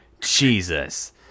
Jesus